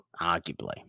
Arguably